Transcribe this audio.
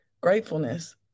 gratefulness